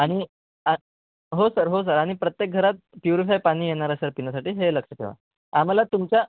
आणि आ हो सर हो सर आणि प्रत्येक घरात प्युरिफाय पाणी येणार आहे सर पिण्यासाठी हे लक्ष ठेवा आम्हाला तुमच्या